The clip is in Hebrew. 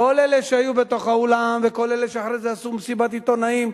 כל אלה שהיו באולם וכל אלה שאחרי זה עשו מסיבת עיתונאים,